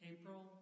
April